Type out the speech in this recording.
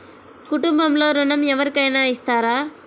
కుటుంబంలో ఋణం ఎవరికైనా ఇస్తారా?